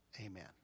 amen